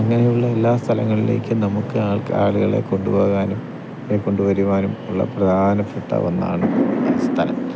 അങ്ങനെയുള്ള എല്ലാ സ്ഥലങ്ങളിലേക്കും നമുക്ക് ആൾക്കാരുകളെ കൊണ്ട് പോകാനും ഇവരെ കൊണ്ടു വരുവാനും ഉള്ള പ്രധാനപ്പെട്ട ഒന്നാണ് ആ സ്ഥലം